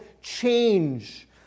change